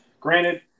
Granted